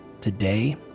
Today